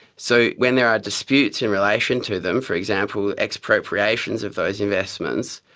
so when there are disputes in relation to them, for example expropriations of those investments,